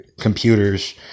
computers